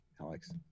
Alex